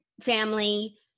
family